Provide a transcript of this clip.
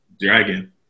Dragon